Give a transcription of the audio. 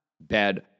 bad